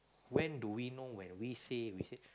when do we know when we say we say